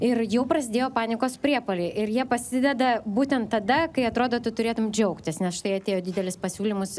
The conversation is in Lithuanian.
ir jau prasidėjo panikos priepuoliai ir jie pasideda būtent tada kai atrodo tu turėtum džiaugtis nes štai atėjo didelis pasiūlymas